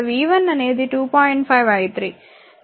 5 i 3 v 2 10 i2